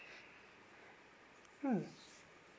hmm